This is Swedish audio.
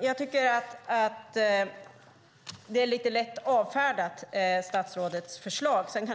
Jag tycker att statsrådet avfärdar förslaget lite lätt.